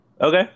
Okay